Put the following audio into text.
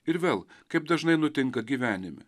ir vėl kaip dažnai nutinka gyvenime